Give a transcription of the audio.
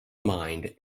mind